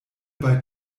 bei